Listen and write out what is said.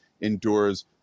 endures